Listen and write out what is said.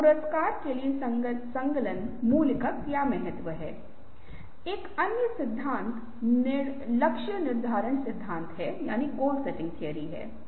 इसलिए यह अध्ययन करना आवश्यक है कि कुछ ऐसे उपकरण कैसे हैं हालांकि संगठनात्मक सदस्य रचनात्मक हो सकते हैं